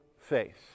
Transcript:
faith